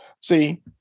See